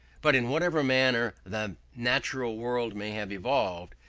but in whatever manner the natural world may have evolved,